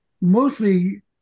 mostly